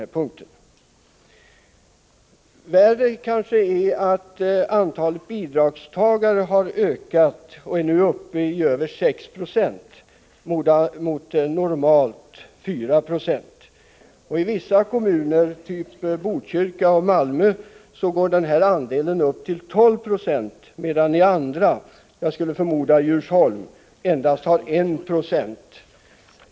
Värre är kanske att antalet bidragstagare har ökat och nu är uppe i över 6 Jo mot normalt 4 96. I vissa kommuner, typ Botkyrka och Malmö, går denna andel upp till 12 26 medan den i andra — jag skulle förmoda t.ex. Djursholm — endast utgör 1 20.